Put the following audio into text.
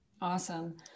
Awesome